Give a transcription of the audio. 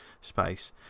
space